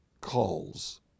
calls